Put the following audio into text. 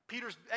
Peter's